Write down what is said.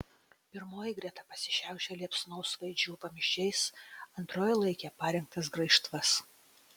pirmoji greta pasišiaušė liepsnosvaidžių vamzdžiais antroji laikė parengtas graižtvas